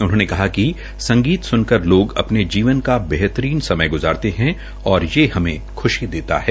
उन्होंने कहा कि संगीत सुनकर लोग अपने जीवन का बेहतरीन समय ग्ज़ारते है और हमें ख्शी देता है